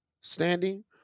standing